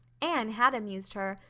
anne had amused her,